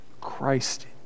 Christ